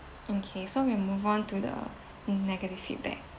okay so we move on to the negative feedback